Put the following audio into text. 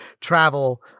travel